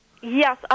Yes